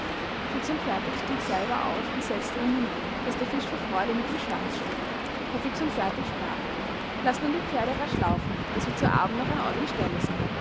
fix und fertig stieg selber aus und setzte ihn hinein daß der fisch vor freude mit dem schwanz schlug herr fix und fertig sprach laßt nun die pferde rasch laufen daß wir zu abend noch an ort und stelle sind